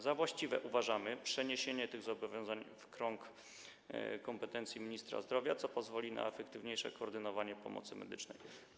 Za właściwe uważamy przeniesienie tych zobowiązań w krąg kompetencji ministra zdrowia, co pozwoli na efektywniejsze koordynowanie procesu udzielania pomocy medycznej.